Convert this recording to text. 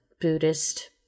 Buddhist